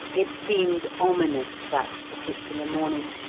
it seemed ominous that particular morning,